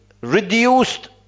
reduced